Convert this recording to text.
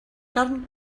carn